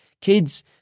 kids